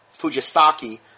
Fujisaki